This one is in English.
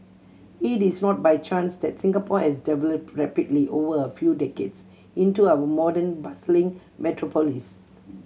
it is not by chance that Singapore has developed rapidly over a few decades into our modern bustling metropolis